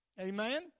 Amen